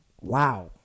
wow